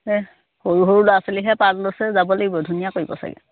সৰু সৰু ল'ৰা ছোৱালীয়েহে পাৰ্ট লৈছে যাব লাগিব ধুনীয়া কৰিব চাগৈ